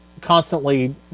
constantly